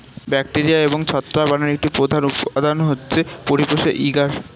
bacteria এবং ছত্রাক বানানোর একটি প্রধান উপাদান হচ্ছে পরিপোষক এগার